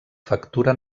factura